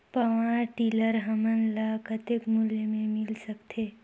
Power tiller हमन ल कतेक मूल्य मे मिल सकथे?